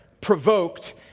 provoked